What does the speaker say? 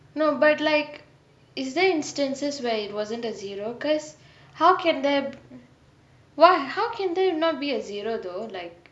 no but like is there instances where it wasn't a zero because how can that !wah! how can there not be a zero though like